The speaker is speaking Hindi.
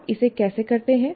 आप इसे कैसे करते हैं